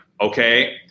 Okay